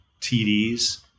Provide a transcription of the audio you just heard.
TDs